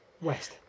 West